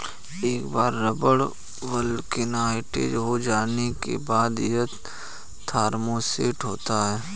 एक बार rubber vulcanised हो जाने के बाद, यह थर्मोसेट होता है